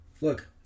look